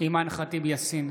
אימאן ח'טיב יאסין,